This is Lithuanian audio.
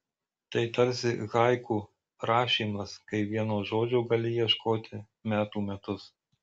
tai tarsi haiku rašymas kai vieno žodžio gali ieškoti metų metus